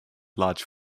large